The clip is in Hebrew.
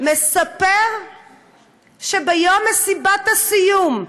הוא מספר שביום מסיבת הסיום,